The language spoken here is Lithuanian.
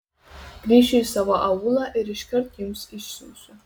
grįšiu į savo aūlą ir iškart jums išsiųsiu